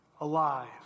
alive